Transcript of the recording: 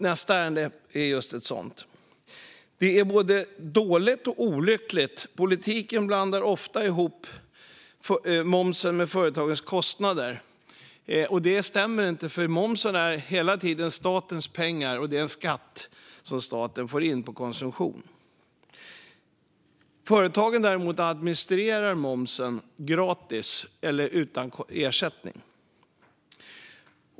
Nästa ärende är just ett sådant. Det är både dåligt och olyckligt. Politiken blandar ofta ihop momsen med företagens kostnader. Det blir fel, för momsen är hela tiden statens pengar. Det är en skatt på konsumtion som staten får in. Företagen däremot administrerar momsen gratis eller utan ersättning.